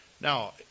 Now